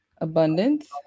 Abundance